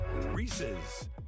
Reese's